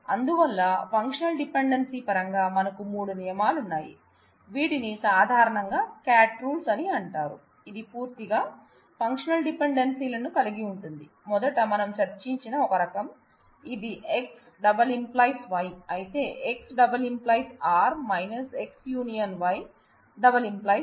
అందువల్ల functional dependence పరంగా మనకు మూడు నియమాలున్నాయి వీటిని సాధారణంగా క్యాట్ రూల్స్ →→ మిగిలిన అట్ట్రిబ్యూట్స్ సమితి